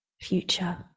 future